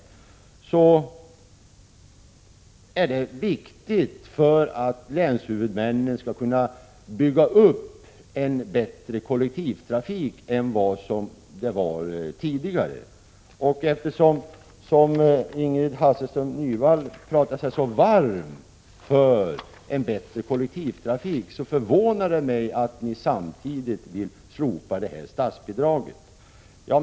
Men detta bidrag är viktigt för att länshuvudmännen skall kunna bygga upp en bättre kollektivtrafik än tidigare. Eftersom Ingrid Hasselström Nyvall talade sig så varm för en bättre kollektivtrafik, förvånar det mig att ni samtidigt vill slopa statsbidraget. Herr talman!